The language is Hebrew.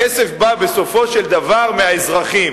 הכסף בא בסופו של דבר מהאזרחים,